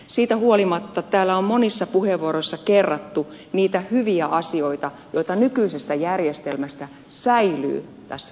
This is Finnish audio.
siitä huolimatta täällä on monissa puheenvuoroissa kerrattu niitä hyviä asioita joita nykyisestä järjestelmästä säilyy tässä laissa säilyy